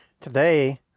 Today